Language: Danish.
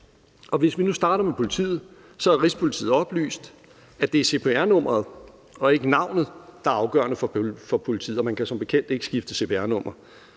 Hvis vi nu starter med politiet, har Rigspolitiet oplyst, at det er cpr-nummeret og ikke navnet, der er afgørende for politiet,